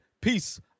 Peace